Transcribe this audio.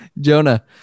Jonah